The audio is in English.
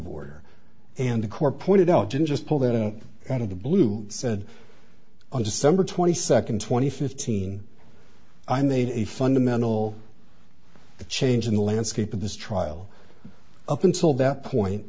order and the corps pointed out didn't just pull that up out of the blue said on december twenty second twenty fifteen i made a fundamental change in the landscape of this trial up until that point